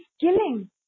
killing